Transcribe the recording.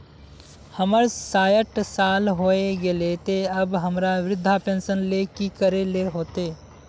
हमर सायट साल होय गले ते अब हमरा वृद्धा पेंशन ले की करे ले होते?